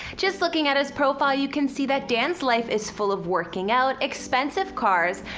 just looking at his profile you can see that dan's life is full of working out, expensive cars,